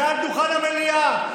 מעל דוכן המליאה,